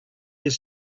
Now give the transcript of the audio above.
also